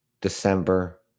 December